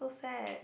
sad